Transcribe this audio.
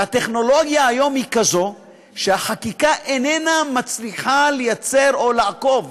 הטכנולוגיה היום היא כזאת שהחקיקה איננה מצליחה לייצר או לעקוב,